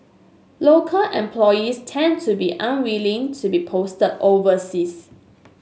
local employees tend to be unwilling to be posted overseas